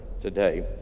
today